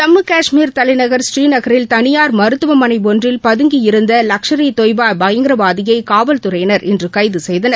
ஜம்மு காஷ்மீர் தலைநகர் பூரீநகரில் தனியார் மருத்துவமனை ஒன்றில் பதங்கி இருந்து லஷ்கர் இ தொய்பா பயங்கரவாதியை காவல்துறையினர் இன்று கைது செய்தனர்